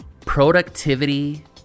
productivity